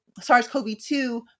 SARS-CoV-2